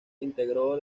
integró